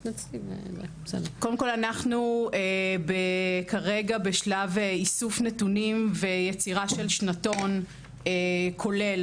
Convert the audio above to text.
קודם כל אנחנו כרגע בשלב איסוף נתונים ויצירה של שנתון כולל